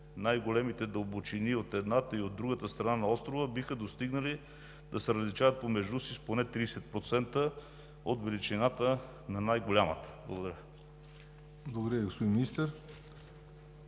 най-големите дълбочини от едната и от другата страна на острова, биха достигнали да се различават помежду си с поне 30% от величината на най-голямата. Благодаря.